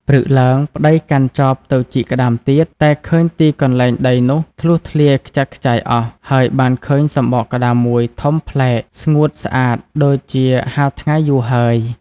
ព្រឹកឡើង ប្ដីកាន់ចបទៅជីកក្ដាមទៀត តែឃើញទីកន្លែងដីនោះធ្លុះធ្លាយខ្ចាត់ខ្ចាយអស់ ហើយបានឃើញសំបកក្ដាមមួយធំប្លែកស្ងួតស្អាតដូចជាហាលថ្ងៃយូរហើយ។